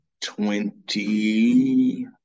twenty